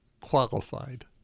qualified